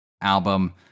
album